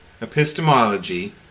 Epistemology